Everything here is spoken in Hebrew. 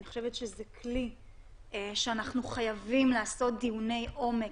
אני חושבת שזה כלי שאנחנו חייבים לעשות דיוני עומק